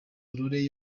aurore